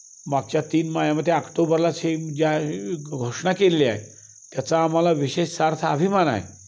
मागच्या तीन मायामध्ये आक्टोबरला सेम ज्या घोषणा केलेली आहे त्याचा आम्हाला विशेष सार्थ अभिमान आहे